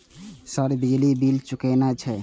Sir बिजली bill चूकेना छे?